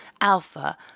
Alpha